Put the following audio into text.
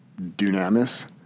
dunamis